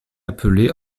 appelé